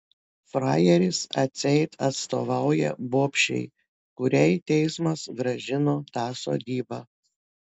frajeris atseit atstovauja bobšei kuriai teismas grąžino tą sodybą